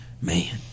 Man